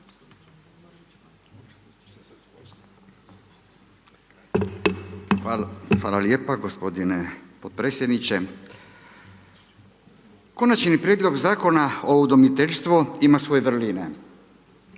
Hvala lijepa gospodine podpredsjedniče, Konačni prijedlog Zakona o udomiteljstvu ima svoje vrline,